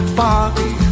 party